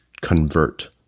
convert